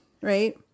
Right